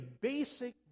basic